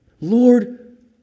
Lord